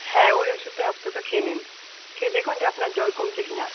হ্যাঁ ওই ওষুধটাই আপাতত খেয়ে নিন খেয়ে দেখুন যে আপনার জ্বর কমছে কি না